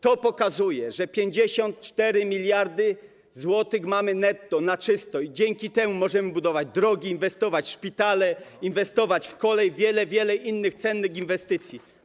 To pokazuje, że mamy 54 mld zł netto na czysto i dzięki temu możemy budować drogi, inwestować w szpitale, inwestować w kolej i wiele, wiele innych cennych inwestycji.